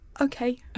okay